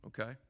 okay